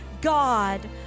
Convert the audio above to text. God